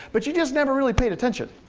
but you just never really paid attention.